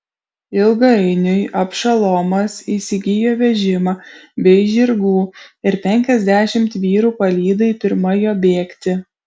ilgainiui abšalomas įsigijo vežimą bei žirgų ir penkiasdešimt vyrų palydai pirma jo bėgti